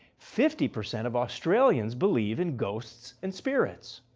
fifty percent of australians believe in ghosts and spirits.